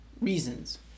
reasons